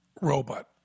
Robot